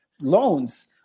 loans